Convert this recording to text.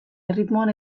erritmoan